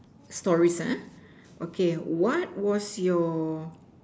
stories ah okay what was your